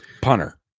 Punter